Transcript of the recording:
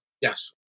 Yes